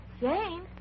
Jane